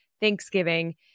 Thanksgiving